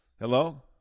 Hello